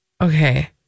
Okay